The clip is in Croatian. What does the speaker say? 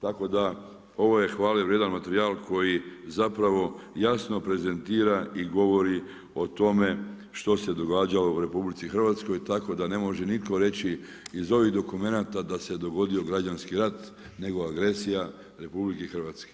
Tako da ovo je hvale vrijedan materijal koji zapravo jasno prezentira i govori o tome što se događalo u RH, tako da ne može nitko reći iz ovih dokumenata da se dogodio građani rat, nego agresija RH.